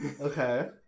Okay